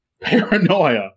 Paranoia